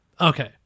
Okay